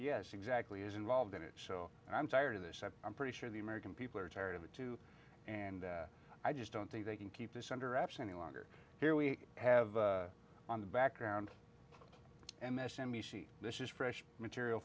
yes exactly is involved in it and i'm tired of this i'm pretty sure the american people are tired of it too and i just don't think they can keep this under wraps any longer here we have on the background m s n b c this is fresh material